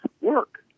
work